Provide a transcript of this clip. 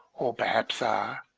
or per haps are,